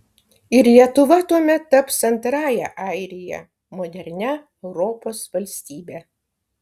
ir lietuva tuomet taps antrąja airija modernia europos valstybe